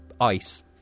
ice